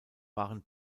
waren